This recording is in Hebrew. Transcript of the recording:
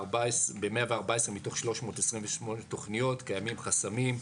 ב-114 מתוך 328 תוכניות קיימים חסמים,